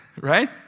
right